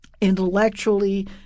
intellectually